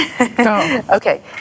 Okay